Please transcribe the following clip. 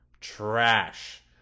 trash